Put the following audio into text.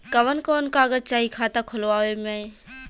कवन कवन कागज चाही खाता खोलवावे मै?